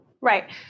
Right